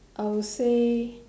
I will say